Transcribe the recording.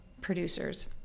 producers